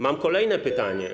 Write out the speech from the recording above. Mam kolejne pytanie.